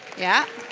yeah,